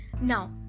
Now